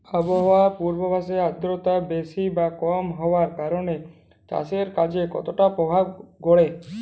আবহাওয়ার পূর্বাভাসে আর্দ্রতা বেশি বা কম হওয়ার কারণে চাষের কাজে কতটা প্রভাব পড়ে?